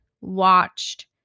watched